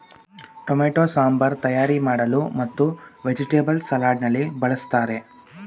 tomato sambar ತಯಾರಿ ಮಾಡಲು ಮತ್ತು ವೆಜಿಟೇಬಲ್ಸ್ ಸಲಾಡ್ ನಲ್ಲಿ ಬಳ್ಸತ್ತರೆ